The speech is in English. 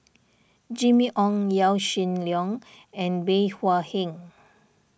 Jimmy Ong Yaw Shin Leong and Bey Hua Heng